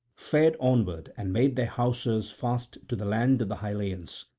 fared onward and made their hawsers fast to the land of the hylleans.